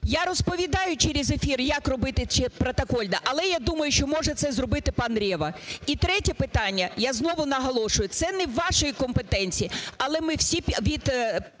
Я розповідаю через ефір, як робити протокольно, але я думаю, що може це зробити пан Рева. І третє питання. Я знову наголошую, це не у вашій компетенції, але ми всі…